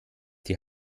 die